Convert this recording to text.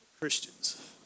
Christians